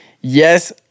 Yes